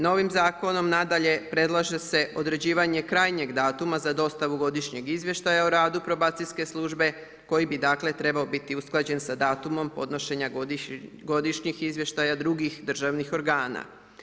Novim zakonom nadalje predlaže se određivanje krajnjeg datuma za dostavu godišnjeg izvještaja o radu probacijske službe koji bi trebao biti usklađen sa datumom podnošenja godišnjih izvještaja drugih državnih organa.